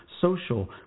social